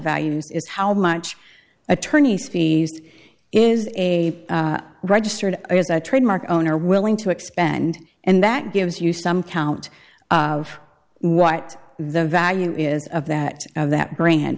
values is how much attorney's fees is a registered trademark owner willing to expend and that gives you some count of what the value is of that of that bra